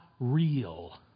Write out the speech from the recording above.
real